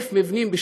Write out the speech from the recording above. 1,000 מבנים,